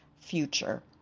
future